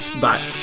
Bye